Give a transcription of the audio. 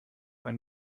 ein